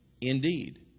Indeed